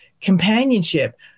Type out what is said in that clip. companionship